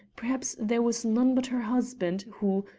perhaps there was none but her husband, who,